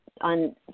on